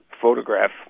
photograph